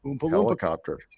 helicopter